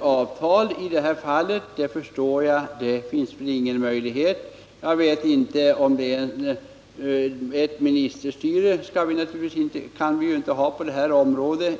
är helt klar. Jag förstår att det inte finns möjlighet att ändra ett ingånget avtal, och något ministerstyre kan vi naturligtvis inte ha på detta område.